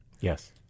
Yes